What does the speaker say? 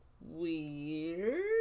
weird